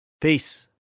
Peace